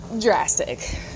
drastic